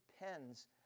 depends